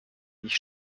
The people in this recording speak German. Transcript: ich